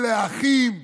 אלה אחים,